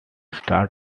start